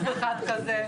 בזה לא הייתי שותפה.